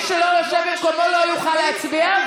מי שלא יושב במקומו לא יוכל להצביע,